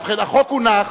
ובכן, החוק הונח,